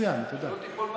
כבודה של